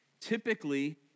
typically